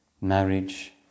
marriage